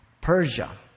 Persia